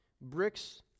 bricks